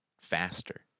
faster